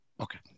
Okay